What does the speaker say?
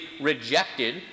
rejected